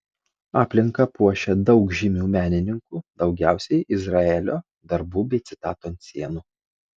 aplinką puošia daug žymių menininkų daugiausiai izraelio darbų bei citatų ant sienų